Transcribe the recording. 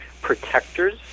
Protectors